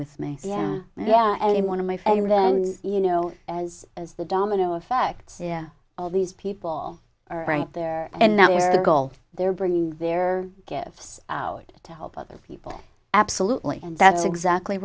with me yeah yeah and in one of my family then you know as as the domino effect here all these people are right there and now their goal they're bringing their gifts out to help other people absolutely and that's exactly